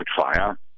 fire